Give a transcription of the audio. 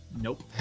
Nope